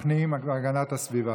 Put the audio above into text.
הפנים והגנת הסביבה.